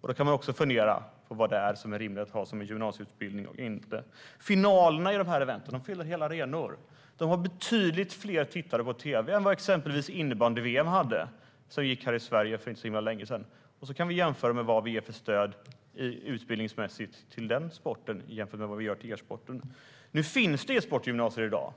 Man kan fundera på vad som är rimligt att ha som gymnasieutbildning och inte. Finalerna i de här eventen fyller hela arenor. De har betydligt fler tittare på tv än vad exempelvis innebandy-VM hade, som gick här i Sverige för inte så länge sedan. Då kan vi jämföra vad vi ger för stöd till den sporten utbildningsmässigt och vad vi ger till e-sporten. Det ska sägas att det finns e-sportsgymnasier i dag.